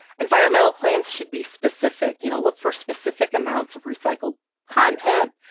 environmental claims should be specific, you know, look for specific amounts of recycled content,